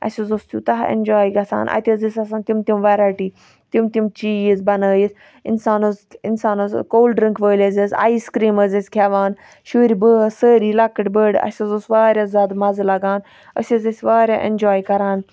اَسہِ حظ اوس تیوتاہ ایٚنجاے گَژھان اَتہِ حظ ٲسۍ آسان تِم تِم ویرَیٹِی تِم تِم چیٖز بَنٲیِتھ اِنسان حظ انسان حظ اوس کول ڈرنٛک وٲلۍ حظ ٲسۍ اَیس کریٖم حظ ٲسۍ کھیٚوان شُرۍ بٲژ سٲری لَکٕٹ بٔڑ اَسہِ حظ اوس واریاہ زیادٕ مَزٕ لَگان أسۍ حظ ٲسۍ واریاہ ایٚنجاے کران